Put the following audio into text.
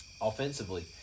Offensively